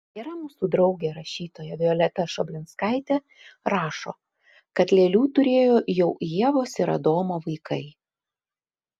gera mūsų draugė rašytoja violeta šoblinskaitė rašo kad lėlių turėjo jau ievos ir adomo vaikai